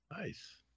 Nice